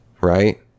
right